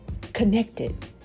connected